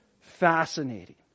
Fascinating